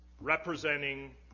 representing